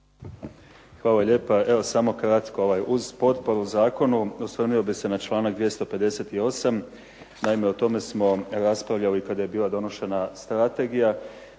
Hvala lijepa. Evo samo kratko. Uz potporu zakonu, osvrnuo bih se na članak 258. Naime o tome smo raspravljali kada je bila donošena strategija.